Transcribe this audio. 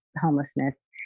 homelessness